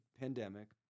pandemic